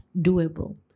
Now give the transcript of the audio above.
doable